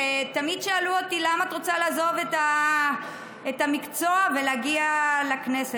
ותמיד שאלו אותי: למה את רוצה לעזוב את המקצוע ולהגיע לכנסת?